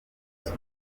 yaje